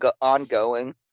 ongoing